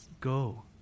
Go